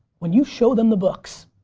when you show them the books,